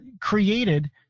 created